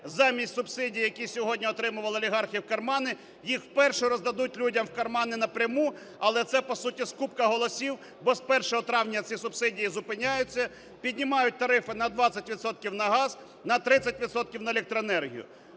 замість субсидій, які сьогодні отримували олігархи в кармани, їх вперше роздадуть людям в кармани напряму, але це по суті скупка голосів, бо з 1 травня ці субсидії зупиняються, піднімають тарифи на 20 відсотків на газ, на 30 відсотків на електроенергію.